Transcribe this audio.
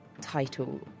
title